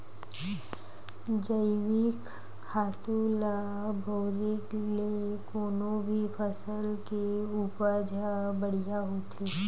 जइविक खातू ल बउरे ले कोनो भी फसल के उपज ह बड़िहा होथे